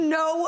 no